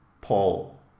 Paul